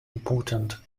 important